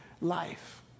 life